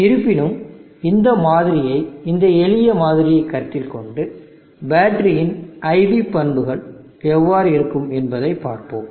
இருப்பினும் இந்த மாதிரியை இந்த எளிய மாதிரியைக் கருத்தில் கொண்டு பேட்டரியின் IV பண்புகள் எவ்வாறு இருக்கும் என்பதைப் பார்ப்போம்